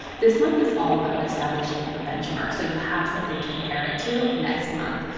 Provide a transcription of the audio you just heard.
this month is all about establishing a benchmark so you have something to compare it to next month.